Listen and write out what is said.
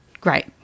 great